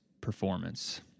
performance